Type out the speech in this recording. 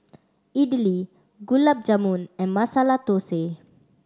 Idili Gulab Jamun and Masala Dosa